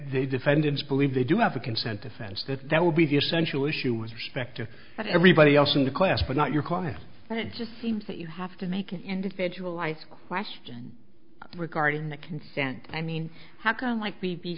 the defendants believe they do have a consent defense that that would be the essential issue with respect to what everybody else in the class but not your client but it just seems that you have to make an individualized question regarding the consent i mean how can like be